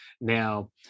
now